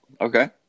Okay